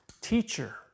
teacher